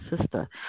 sister